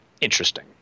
interesting